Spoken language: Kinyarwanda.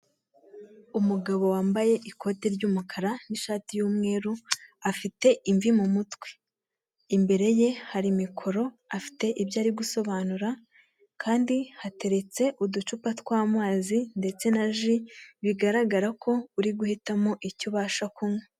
Umugabo wambaye ikote ry'umukara n'ishati y'umweru afite imvi mu mutwe imbere ye hari mikoro afite ibyo ari gusobanura kandi hateretse uducupa tw'amazi ndetse na ji, bigaragara ko uri guhitamo icyo ubasha kunywa.